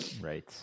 right